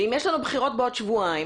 אם יש לנו בחירות בעוד שבועיים,